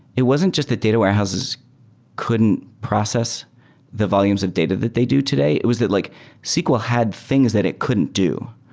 it wasn't just the data warehouses couldn't process the volumes of data that they do today. it was that like sql had things that it couldn't do.